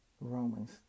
Romans